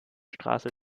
straße